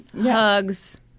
hugs